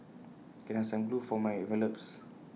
can I have some glue for my envelopes